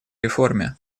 реформе